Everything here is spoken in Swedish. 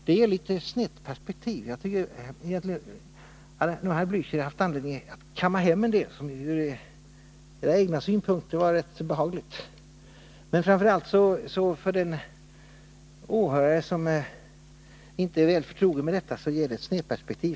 Detta ger ett något snett perspektiv. Nog hade väl herr Blächer anledning att kamma hem en del som från de egna synpunkterna kunde vara rätt behagligt. Men det viktigaste är att det blir ett snedperspektiv för en åhörare som inte är väl förtrogen med detta spörsmål.